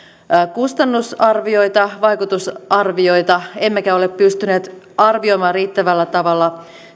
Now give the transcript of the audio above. kustannusarvioita ja vaikutusarvioita emmekä ole pystyneet arvioimaan riittävällä tavalla